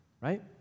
right